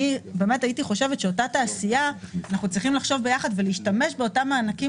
הייתי חושבת שאנחנו צריכים לחשוב יחד עם התעשייה ולהשתמש במענקים